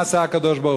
מה עשה הקדוש-ברוך-הוא?